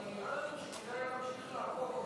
אבל נראה לנו שכדאי להמשיך לעקוב אחרי